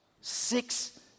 six